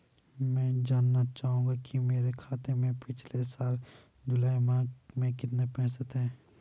मैं जानना चाहूंगा कि मेरे खाते में पिछले साल जुलाई माह में कितने पैसे थे?